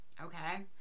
okay